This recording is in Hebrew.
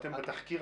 בתחקיר,